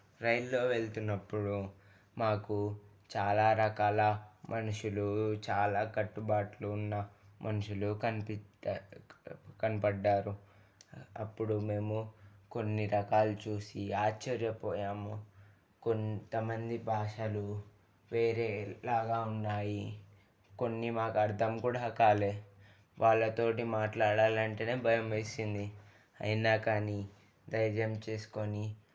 రైలులో వెళ్తున్నప్పుడు మాకు చాలా రకాల మనుషులు చాలా కట్టుబాట్లు ఉన్న మనుషులు కనిపించారు కనపడ్డారు అప్పుడు మేము కొన్ని రకాలు చూసి ఆశ్చర్యపోయాము కొంతమంది భాషలు వేరే లాగా ఉన్నాయి కొన్ని మాకు అర్థం కూడా కాలేదు వాళ్లతో మాట్లాడాలంటేనే భయం వేసింది అయినా కానీ ధైర్యం చేసుకొని